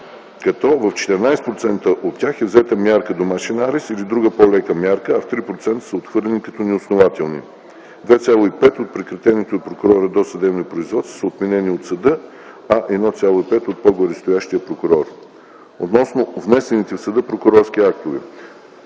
като в 14% от тях е взета мярка домашен арест или друга по-лека мярка, а в 3% са отхвърлени като неоснователни. 2,5% от прекратените от прокурора досъдебни производства са отменени от съда, а 1,5% от горестоящ прокурор. Относно внесените в съда прокурорски актове